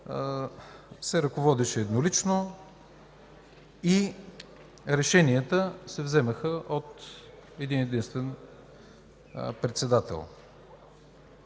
се ръководеше еднолично и решенията се вземаха от един-единствен председател.